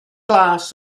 glas